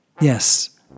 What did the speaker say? Yes